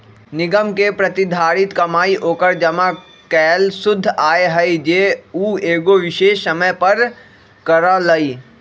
निगम के प्रतिधारित कमाई ओकर जमा कैल शुद्ध आय हई जे उ एगो विशेष समय पर करअ लई